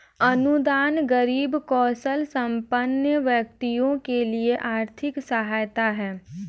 अनुदान गरीब कौशलसंपन्न व्यक्तियों के लिए आर्थिक सहायता है